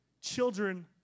children